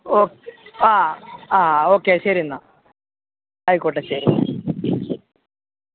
okay ആ ആ okay ശരി എന്നാൽ ആയിക്കോട്ടെ ശരി